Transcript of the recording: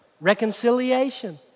Reconciliation